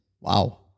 wow